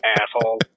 asshole